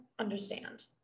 Understand